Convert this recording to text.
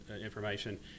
information